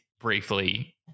briefly